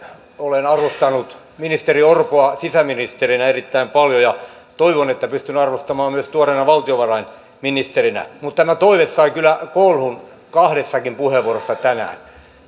olen arvostanut ministeri orpoa sisäministerinä erittäin paljon ja toivon että pystyn arvostamaan myös tuoreena valtiovarainministerinä mutta tämä toive sai kyllä kolhun kahdessakin puheenvuorossa tänään